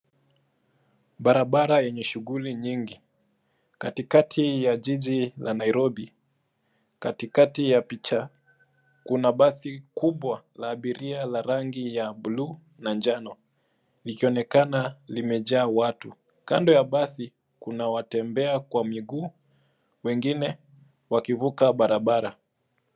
Barabara yenye shughuli nyingi katikati ya jiji la Nairobi. Katikati ya picha, Kuna basi kubwa la abiria la rangi ya buluu na njano likionekana limejaa watu. Kando ya basi, Kuna watembea kwa miguu, wengine wakivuka barabara.